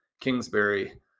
Kingsbury